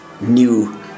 new